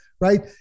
right